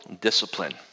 discipline